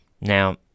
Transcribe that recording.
now